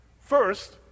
First